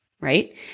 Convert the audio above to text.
right